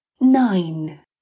nine